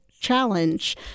challenge